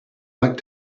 like